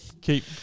keep